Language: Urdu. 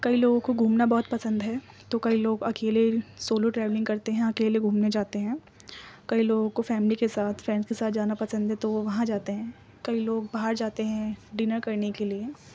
کئی لوگوں کو گھومنا بہت پسند ہے تو کئی لوگ اکیلے سولو ٹریولنگ کرتے ہیں اکیلے گھومنے جاتے ہیں کئی لوگوں کو فیملی کے ساتھ فرینڈز کے ساتھ جانا پسند ہے تو وہ وہاں جاتے ہیں کئی لوگ باہر جاتے ہیں ڈنر کرنے کے لیے